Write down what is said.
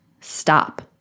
stop